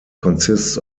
consists